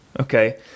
Okay